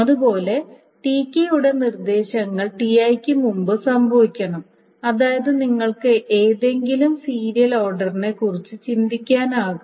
അതുപോലെ Tkയുടെ നിർദ്ദേശങ്ങൾ Ti ക്ക് മുമ്പ് സംഭവിക്കണം അതായത് നിങ്ങൾക്ക് ഏതെങ്കിലും സീരിയൽ ഓർഡറിനെക്കുറിച്ച് ചിന്തിക്കാനാകും